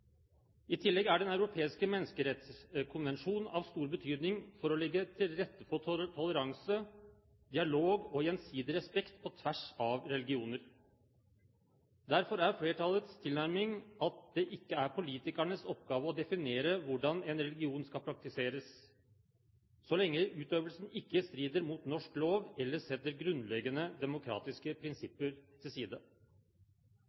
I tillegg er Den europeiske menneskerettskonvensjon av stor betydning for å legge til rette for toleranse, dialog og gjensidig respekt på tvers av religioner. Derfor er flertallets tilnærming at det ikke er politikernes oppgave å definere hvordan en religion skal praktiseres, så lenge utøvelsen ikke strider mot norsk lov eller setter grunnleggende demokratiske